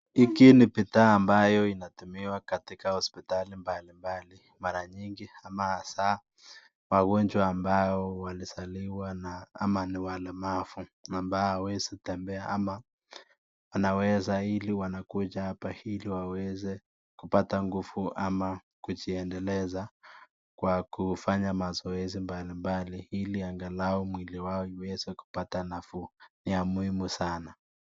Hiki ni bidhaa ambayo inatumiwaa katika hospitali mbali mbali, mara nyingi ama haswa wagonjwa ambao walizaliwa na ama ni walemavu, ambao hawawezi tembea ama anaweza ili wanakuja hapa ili waweze kupata nguvu ama kujiendeleza, kwa kufanya mazoezi mbali mbali ili angalao mwili wao uweze kupata nafuu, ni ya muhimu sana.